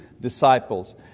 disciples